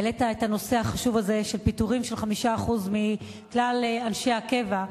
העלית את הנושא החשוב הזה של פיטורים של 5% מכלל אנשי הקבע.